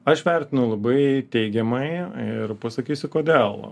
aš vertinu labai teigiamai ir pasakysiu kodėl